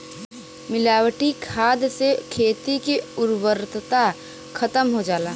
मिलावटी खाद से खेती के उर्वरता खतम हो जाला